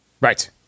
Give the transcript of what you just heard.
Right